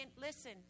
listen